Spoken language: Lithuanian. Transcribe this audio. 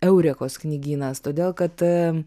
eurekos knygynas todėl kad